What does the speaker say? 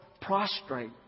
prostrate